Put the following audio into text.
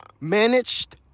Managed